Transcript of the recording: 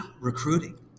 recruiting